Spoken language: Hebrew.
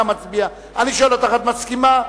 את מסכימה להם?